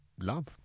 love